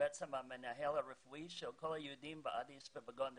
בעצם אני המנהל הרפואי של כל היהודים באדיס ובגונדר,